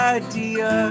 idea